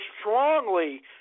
strongly